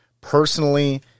personally